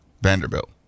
Vanderbilt